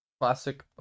classic